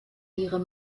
ihre